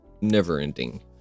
never-ending